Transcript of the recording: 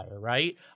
right